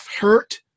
hurt